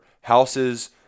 houses